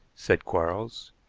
said quarles.